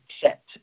set